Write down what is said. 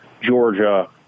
Georgia